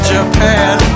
Japan